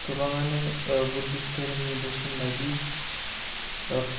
गोबाङानो बुद्धिस धोरोमनि बोसोन बादि